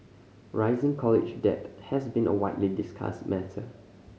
rising college debt has been a widely discussed matter